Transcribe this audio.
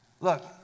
Look